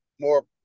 more